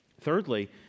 Thirdly